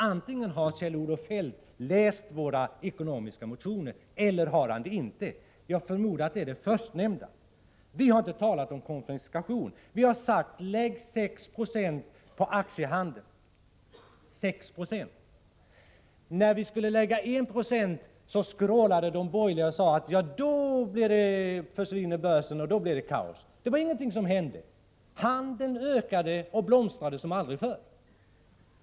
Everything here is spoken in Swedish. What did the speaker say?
Antingen har Kjell-Olof Feldt läst våra ekonomisk-politiska motioner, eller också har han det inte. Jag förmodar att det är det förstnämnda som stämmer. Vi har inte talat om konfiskation. Vi har sagt: Lägg 6 90 skatt på aktiehandeln! När vi skulle lägga 1 90 skatt på aktiehandeln skrålade de borgerliga: Då försvinner börsen, och då blir det kaos. Detta hände inte, utan handeln ökade och blomstrar som aldrig förr.